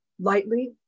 Lightly